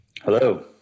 Hello